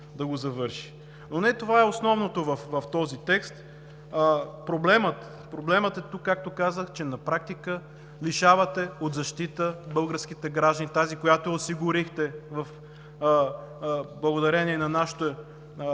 но не това е основното в този текст. Проблемът тук е, че на практика лишавате от защита българските граждани, тази, която осигурихте благодарение на нашите